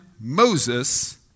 Moses